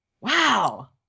Wow